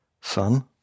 Son